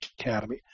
academy